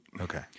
Okay